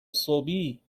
صبحی